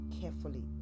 carefully